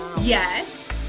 Yes